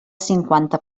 cinquanta